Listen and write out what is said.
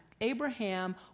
abraham